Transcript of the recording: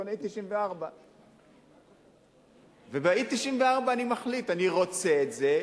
קונה E94. וב-E94 אני מחליט: אני רוצה את זה,